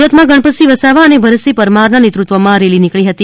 સુરતમાં ગણપતસિહં વસાવા અને ભરતસિંહ પરમારના નેતૃત્વમાં રેલી નીકળી હતી